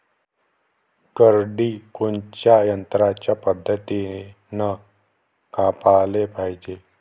करडी कोनच्या यंत्राच्या मदतीनं कापाले पायजे?